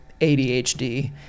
adhd